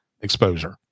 exposure